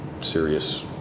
serious